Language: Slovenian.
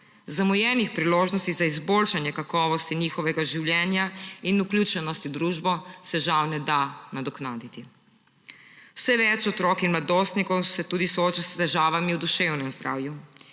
Zamujenih priložnosti za izboljšanje kakovosti njihovega življenja in vključenosti v družbo se žal ne da nadoknaditi. Vse več otrok in mladostnikov se sooča tudi s težavami v duševnem zdravju,